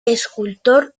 escultor